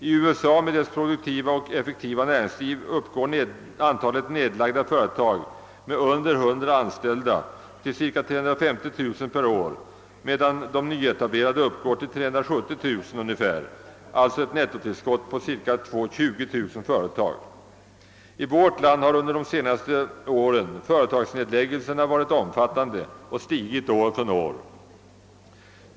I USA med dess produktiva och effektiva näringsliv uppgår antalet nedlagda företag med under 100 anställda till cirka 350 000 per år, medan de nyetablerade utgör ungefär 370 000. Man har där alltså ett nettotillskott på 20 000 företag. I vårt land har under de senaste åren företagsnedläggelserna varit omfattande, och antalet har stigit år från år.